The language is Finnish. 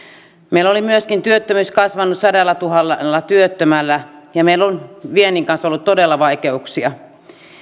meillä oli myöskin työttömyys kasvanut sadallatuhannella työttömällä ja meillä on viennin kanssa ollut todella vaikeuksia